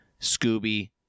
Scooby